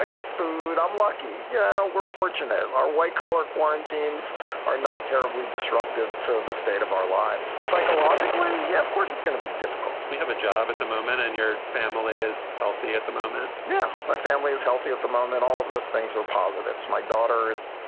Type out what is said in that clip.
ah got food. i'm lucky. yeah, we're fortunate. our white collar quarantines are not terribly disruptive to the state of our lives. psychologically, yeah, of course, it's gonna be difficult we have a job at the moment and your family is healthy at the moment yeah, my family is healthy at the moment. all of those things are positives. my daughters,